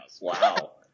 Wow